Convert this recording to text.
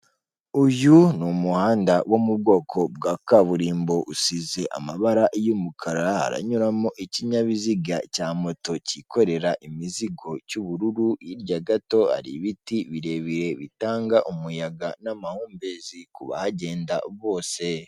Uyu ni umuhanda wo mu bwoko bwa kaburimbo usize amabara y'umukara haranyuramo ikinyabiziga cya moto cyikorera imizigo cy'ubururu hirya gato hari ibiti birebire bitanga umuyaga n'amahumbezi ku bahagenda bose.